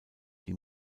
die